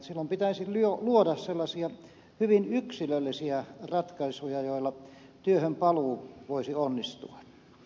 silloin pitäisi luoda sellaisia hyvin yksilöllisiä ratkaisuja joilla työhönpaluu voisi onnistua